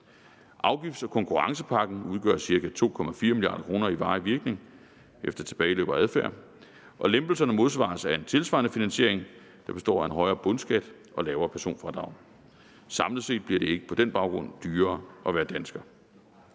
Afgifts- og konkurrencepakken udgør cirka 2,4 mia. kr. i varig virkning efter tilbageløb og adfærd, og lempelserne modsvares af en tilsvarende finansiering, der består af en højere bundskat og lavere personfradrag. Samlet set bliver det på den baggrund ikke dyrere at være dansker.